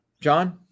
John